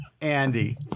Andy